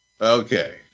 Okay